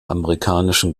amerikanischen